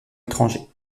étrangers